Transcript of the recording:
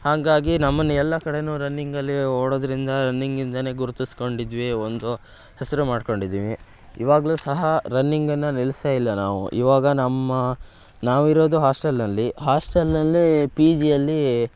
ಹಾಗಾಗಿ ನಮ್ಮನ್ನು ಎಲ್ಲ ಕಡೆಯೂ ರನ್ನಿಂಗಲ್ಲಿ ಓಡೋದರಿಂದ ರನ್ನಿಂಗಿಂದನೇ ಗುರ್ತಿಸ್ಕೊಂಡಿದ್ವಿ ಒಂದು ಹೆಸರು ಮಾಡಿಕೊಂಡಿದ್ದೀವಿ ಇವಾಗಲೂ ಸಹ ರನ್ನಿಂಗನ್ನು ನಿಲ್ಲಿಸೇ ಇಲ್ಲ ನಾವು ಇವಾಗ ನಮ್ಮ ನಾವು ಇರೋದು ಹಾಸ್ಟೆಲ್ನಲ್ಲಿ ಹಾಸ್ಟೆಲ್ನಲ್ಲಿ ಪಿ ಜಿಯಲ್ಲಿ